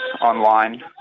online